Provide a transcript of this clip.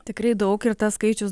tikrai daug ir tas skaičius